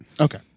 Okay